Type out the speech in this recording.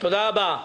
תודה רבה.